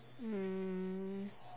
um